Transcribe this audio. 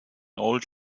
old